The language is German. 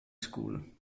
school